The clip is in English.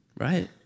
right